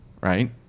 Right